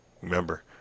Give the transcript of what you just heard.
Remember